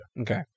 Okay